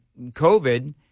COVID